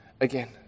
again